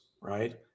right